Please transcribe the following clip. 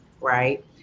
Right